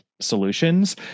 solutions